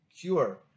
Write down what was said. cure